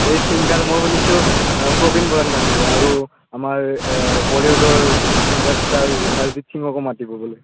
এই ছিংগাৰ মই শুনিছোঁ প্ৰবীণ বৰাং মাতিব আৰু আমাৰ বলিউডৰ ছিংগাৰ ষ্টাৰ অৰিজিত সিঙকো মাতিব বুলি